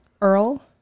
Earl